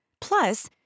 Plus